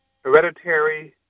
hereditary